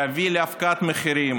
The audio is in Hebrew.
להביא להפקעת מחירים